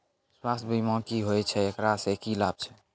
स्वास्थ्य बीमा की होय छै, एकरा से की लाभ छै?